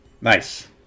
nice